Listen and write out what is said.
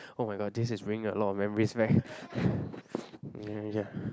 oh-my-god this is bringing a lot of memories back yeah